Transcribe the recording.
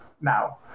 now